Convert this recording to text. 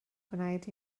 gwneud